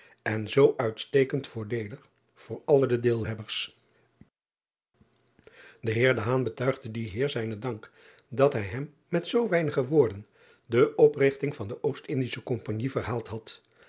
en zoo uitstekend voordeelig voor alle de deelhebbers e eer betuigde dien eer zijnen dank dat hij hem met zoo weinige woorden de oprigting van de ostindische ompagnie verhaald had